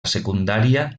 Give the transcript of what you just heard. secundària